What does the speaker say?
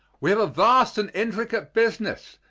we have a vast and intricate business,